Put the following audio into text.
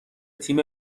تیم